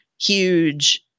huge